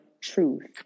truth